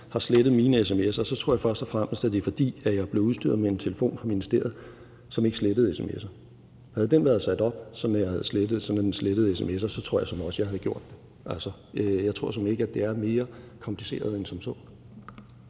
har slettet mine sms'er, tror jeg først og fremmest det er, fordi jeg blev udstyret med en telefon af ministeriet, som ikke slettede sms'er. Havde den været sat op, sådan at den slettede sms'er, så tror jeg sådan set også, jeg havde gjort det. Jeg tror såmænd ikke, at det er mere kompliceret end som så.